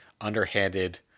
underhanded